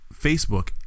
Facebook